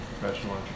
professional